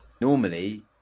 Normally